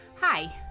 Hi